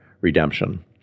redemption